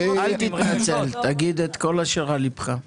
אל תתנצל, תגיד את כל אשר על ליבך.